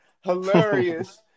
hilarious